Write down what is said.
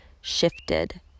shifted